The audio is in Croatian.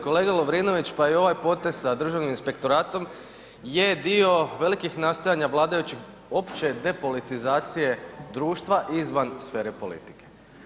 Kolega Lovrinović pa i ovaj potez sa Državnim inspektoratom je dio velikih nastojanja vladajućih opće depolitizacije društva izvan sfere politike.